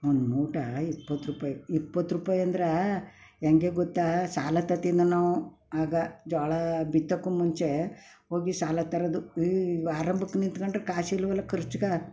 ಒಂದು ಮೂಟೆ ಇಪ್ಪತ್ರೂಪಾಯಿ ಇಪ್ಪತ್ರೂಪಾಯಿ ಅಂದ್ರೆ ಹೇಗೆ ಗೊತ್ತಾ ಸಾಲ ತರ್ತಿದ್ನ ನಾವು ಆಗ ಜೋಳ ಬಿತ್ತೋಕ್ಕೂ ಮುಂಚೆ ಹೋಗಿ ಸಾಲ ತರೋದು ಈ ಆರಂಭಕ್ಕೆ ನಿಂತ್ಕೊಂಡು ಕಾಸಿಲ್ವಲ್ಲ ಕರ್ಚ್ಗೆ